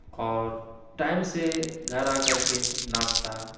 اور ٹائم سے گھر آ کر کے ناشتہ